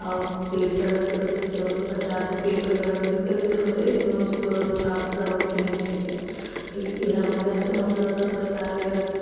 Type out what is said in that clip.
आओर पेट दर्दके जैसे होलै बच्चा आरके पेटमे दर्द कयलकै तऽ ईसब जे छै एहन नहि कोइ अच्छा मतलब अथी नहि छिकै इएह बजह से मतलब सब सरकारी